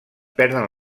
perden